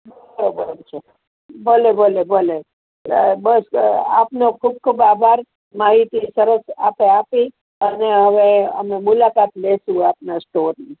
બરોબર છે ભલે ભલે ભલે બસ લે આપનો ખૂબ ખૂબ આભાર માહિતી સરસ આપે આપી અને હવે અમે મુલાકાત લેશું આપણા સ્ટોરની